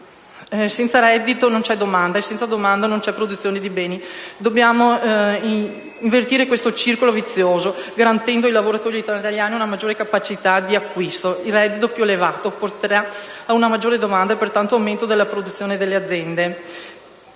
Senza reddito non c'è domanda e senza domanda non c'è produzione di beni e servizi. Dobbiamo invertire questo circolo vizioso garantendo ai lavoratori italiani una maggiore capacità di acquisto: un reddito più elevato comporterà una maggiore domanda e pertanto un aumento della produzione delle aziende.